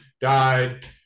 died